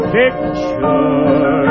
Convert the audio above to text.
picture